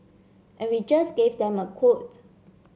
and we just gave them a quote